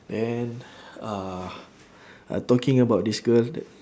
then uh I talking about this girl the~